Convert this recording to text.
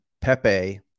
Pepe